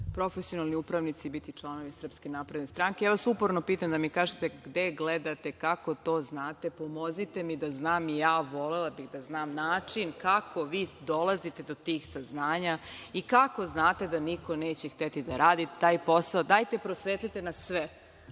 profesionalni upravnici biti članovi SNS. Ja vas upravo pitam da mi kažete gde gledate, kako to znate, pomozite mi da znam i ja. Volela bih da znam način kako vi dolazite do tih saznanja i kako znate da niko neće hteti da radi taj posao. Dajte, prosvetlite nas sve,